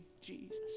Jesus